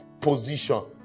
position